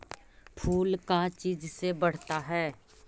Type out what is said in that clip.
फूल का चीज से बढ़ता है?